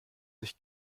sich